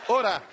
ora